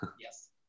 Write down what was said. Yes